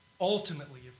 ultimately